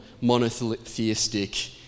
monotheistic